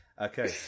okay